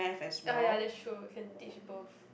ya ya that's true can teach both